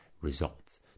results